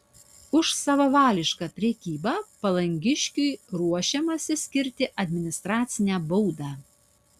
už savavališką prekybą palangiškiui ruošiamasi skirti administracinę baudą